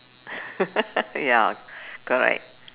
ya correct